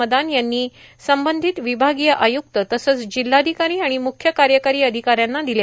मदान यांनी संबंधित विभागीय आयुक्त तसंच जिल्हाधिकारो आर्मण मुख्य कायकारां र्आधकाऱ्यांना दिल्या